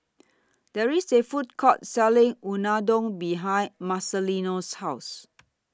There IS A Food Court Selling Unadon behind Marcelino's House